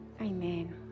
Amen